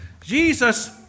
Jesus